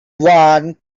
one